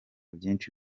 byinshi